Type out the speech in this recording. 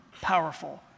powerful